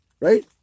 Right